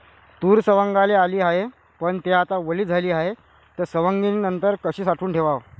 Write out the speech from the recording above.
तूर सवंगाले आली हाये, पन थे आता वली झाली हाये, त सवंगनीनंतर कशी साठवून ठेवाव?